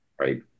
right